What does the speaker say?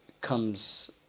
comes